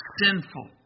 sinful